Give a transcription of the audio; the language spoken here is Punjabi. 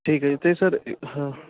ਠੀਕ ਹੈ ਜੀ ਅਤੇ ਸਰ ਹਾਂ